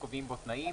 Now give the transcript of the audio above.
קובעים בו תנאים,